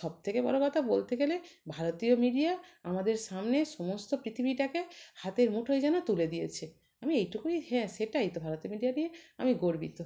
সব থেকে বড় কথা বলতে গেলে ভারতীয় মিডিয়া আমাদের সামনে সমস্ত পৃথিবীটাকে হাতের মুঠোয় যেন তুলে দিয়েছে আমি এইটুকুই হ্যাঁ সেটাই তো ভারতীয় মিডিয়া নিয়ে আমি গর্বিত